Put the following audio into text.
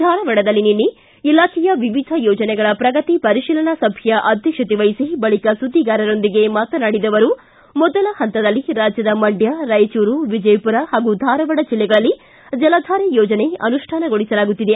ಧಾರವಾಡದಲ್ಲಿ ನಿನ್ನೆ ಇಲಾಖೆಯ ವಿವಿಧ ಯೋಜನೆಗಳ ಪ್ರಗತಿ ಪರಿಶೀಲನಾ ಸಭೆ ಅಧ್ಯಕ್ಷತೆವಹಿಸಿ ಬಳಿಕ ಸುದ್ದಿಗಾರರೊಂದಿಗೆ ಮಾತನಾಡಿದ ಅವರು ಮೊದಲ ಹಂತದಲ್ಲಿ ರಾಜ್ಯದ ಮಂಡ್ಯ ರಾಯಚೂರು ವಿಜಯಪುರ ಹಾಗೂ ಧಾರವಾಡ ಜಿಲ್ಲೆಗಳಲ್ಲಿ ಜಲಧಾರೆ ಯೋಜನೆ ಅನುಷ್ಠಾನಗೊಳಿಸಲಾಗುತ್ತಿದೆ